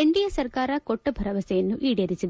NDA ಸರ್ಕಾರ ಕೊಟ್ಟ ಭರವಸೆಯನ್ನು ಈಡೇರಿಸಿದೆ